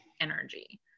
energy